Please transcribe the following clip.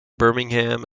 birmingham